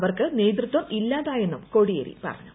അവർക്ക് നേതൃത്വം ഇല്ലാതായെന്നും കോടിയേരി പറഞ്ഞു